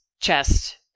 chest